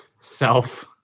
Self